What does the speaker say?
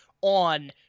on